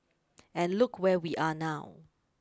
and look where we are now